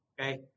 okay